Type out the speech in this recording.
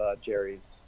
Jerry's